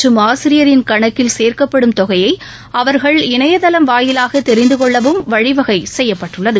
மற்றும் ஆசிரியரின் கணக்கில் சேர்க்கப்படும் ஒவ்வொருஅரசுஅலுவலர் தொகையை அவர்கள் இணைதளம் வாயிலாகதெரிந்துகொள்ளவும் வழிவகைசெய்யப்பட்டுள்ளது